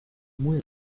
muy